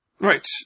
Right